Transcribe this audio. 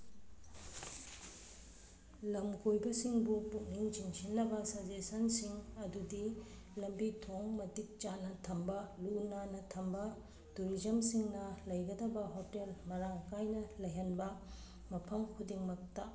ꯂꯝꯀꯣꯏꯕꯁꯤꯡꯕꯨ ꯄꯨꯛꯅꯤꯡ ꯆꯤꯡꯁꯤꯟꯅꯕ ꯁꯖꯦꯁꯟꯁꯤꯡ ꯑꯗꯨꯗꯤ ꯂꯝꯕꯤ ꯊꯣꯡ ꯃꯇꯤꯛ ꯆꯥꯅ ꯊꯝꯕ ꯂꯨꯅꯥꯟꯅ ꯊꯝꯕ ꯇꯨꯔꯤꯖꯝꯁꯤꯡꯅ ꯂꯩꯒꯗꯕ ꯍꯣꯇꯦꯜ ꯃꯔꯥꯡꯀꯥꯏꯅ ꯂꯩꯍꯟꯕ ꯃꯐꯝ ꯈꯨꯗꯤꯡꯃꯛꯇ